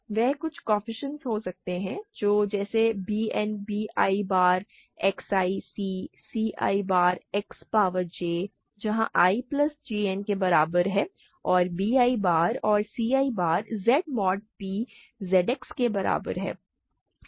वे कुछ कोएफ़िशिएंट हो सकते हैं कुछ जैसे b n b i bar X i c c i bar X power j जहां i प्लस j n के बराबर है और b i बार और c i bar Z mod p Z X में हैं